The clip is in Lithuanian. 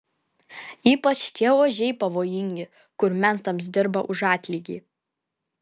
ypač tie ožiai pavojingi kur mentams dirba už atlygį